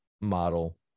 model